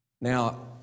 Now